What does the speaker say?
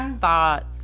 thoughts